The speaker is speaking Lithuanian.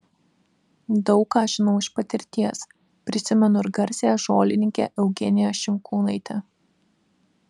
daug ką žinau iš patirties prisimenu ir garsiąją žolininkę eugeniją šimkūnaitę